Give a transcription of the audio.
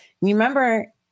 remember